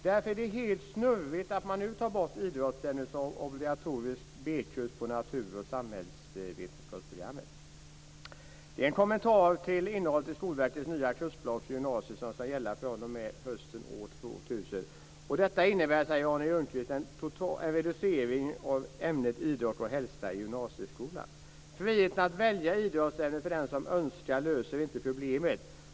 Därför är det helt snurrigt att man nu tar bort idrottsämnet som obligatorisk B-kurs på natur och samhällsvetenskapsprogrammen. Det är en kommentar till innehållet i Skolverkets nya kursplan för gymnasiet som ska gälla fr.o.m. Detta innebär, säger Arne Ljungqvist, en reducering av ämnet idrott och hälsa i gymnasieskolan. Friheten att välja idrottsämnet för den som önskar löser inte problemet.